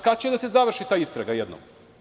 Kada će da se završi ta istraga jednom.